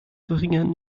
verringern